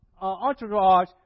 entourage